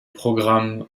programmes